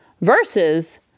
versus